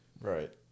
Right